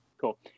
cool